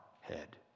head